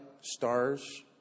stars